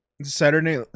saturday